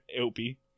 opie